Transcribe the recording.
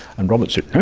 and robert said, no.